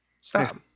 stop